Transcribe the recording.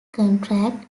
contract